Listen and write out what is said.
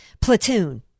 Platoon